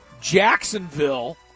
jacksonville